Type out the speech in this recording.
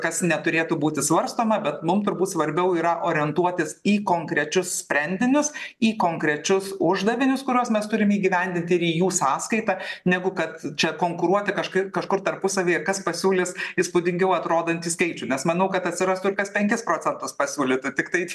kas neturėtų būti svarstoma bet mum turbūt svarbiau yra orientuotis į konkrečius sprendinius į konkrečius uždavinius kuriuos mes turim įgyvendint ir į jų sąskaitą negu kad čia konkuruoti kažkaip kažkur tarpusavyje kas pasiūlys įspūdingiau atrodantį skaičių nes manau kad atsirastų kas penkis procentus pasiūlytų tiktai